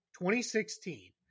2016